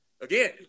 again